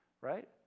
right